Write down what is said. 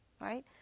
right